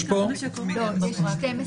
יש פה --- יש פה 12,